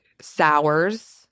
Sours